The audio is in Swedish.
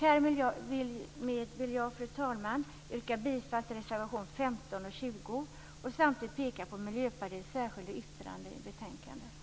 Härmed vill jag, fru talman, yrka bifall till reservationerna 15 och 20 och samtidigt peka på Miljöpartiets särskilda yttrande i betänkandet.